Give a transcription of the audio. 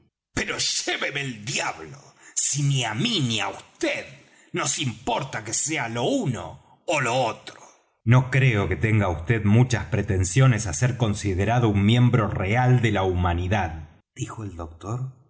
pero lléveme el diablo si ni á mí ni á vd nos importa que sea lo uno ó lo otro no creo que tenga vd muchas pretensiones á ser considerado un miembro real de la humanidad dijo el doctor con